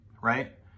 right